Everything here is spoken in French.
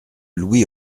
louis